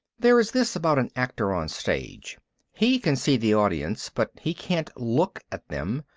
there is this about an actor on stage he can see the audience but he can't look at them,